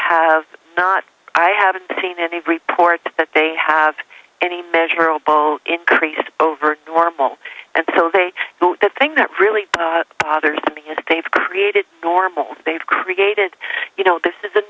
have not i haven't seen any report that they have any measurable increase over the normal and so they the thing that really bothers me is that they've created normal they've created you know this is a